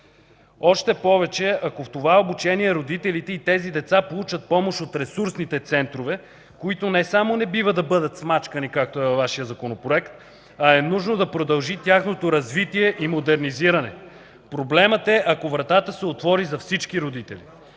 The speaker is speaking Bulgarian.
Още повече, ако в това обучение родителите и тези деца получат помощ от ресурсните центрове, които не само не бива да бъдат смачкани, както е във Вашия Законопроект, а е нужно да продължи тяхното развитие и модернизиране. Проблемът е, ако вратата се отвори за всички родители.